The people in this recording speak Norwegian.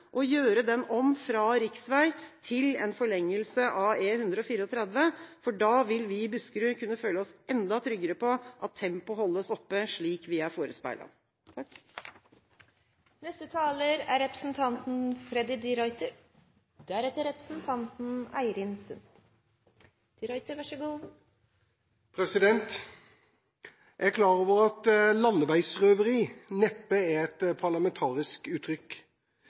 gjøre den om fra riksvei til en forlengelse av E134, for da vil vi i Buskerud kunne føle oss enda tryggere på at tempoet holdes oppe slik vi er forespeilet. Jeg er klar over at «landeveisrøveri» neppe er